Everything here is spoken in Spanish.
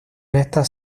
estas